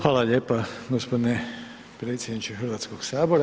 Hvala lijepa gospodine predsjedniče Hrvatskog sabora.